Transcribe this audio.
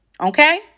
Okay